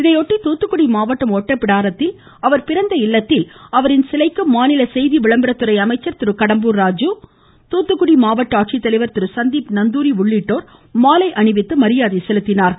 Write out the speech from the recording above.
இதையொட்டி தாத்துக்குடி மாவட்டம் ஒட்டப்பிடாரத்தில் அவர் பிறந்த இல்லத்தில் அவரின் சிலைக்க மாநில செய்தி விளம்பரத்துறை அமைச்சர் திரு கடம்பூர் ராஜு மாவட்ட ஆட்சித்தலைவர் திரு சந்தீப் நந்தூரி உள்ளிட்டோர் மாலை அணிவித்து மரியாதை செலுத்தினார்கள்